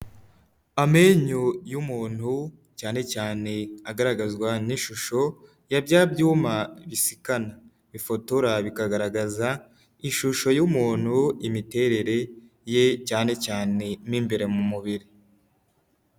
Amenyo y'umuntu cyane cyane agaragazwa n'ishusho ya bya byuma bisikana, bifotora bikagaragaza ishusho y'umuntu, imiterere ye cyane cyane mo imbere mu mubiri.